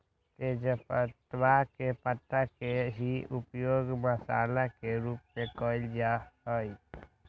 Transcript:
तेजपत्तवा में पत्ता के ही उपयोग मसाला के रूप में कइल जा हई